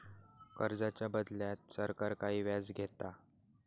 कर्जाच्या बदल्यात सरकार काही व्याज घेता